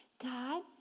god